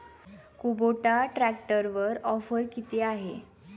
Kubota ट्रॅक्टरवर offer किती आहे?